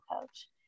coach